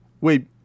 Wait